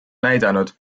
näidanud